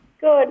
Good